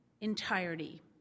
entirety